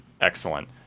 Excellent